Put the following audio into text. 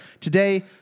Today